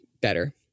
better